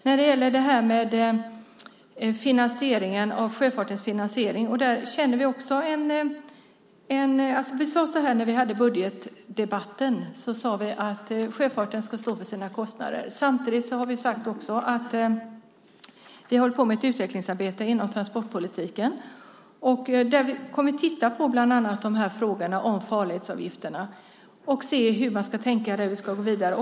När det gäller sjöfartens finansiering sade vi i budgetdebatten att sjöfarten ska stå för sina kostnader. Vi håller nu på med ett utvecklingsarbete inom transportpolitiken, där vi bland annat kommer att titta på frågan om farledsavgifterna för att se hur vi ska gå vidare.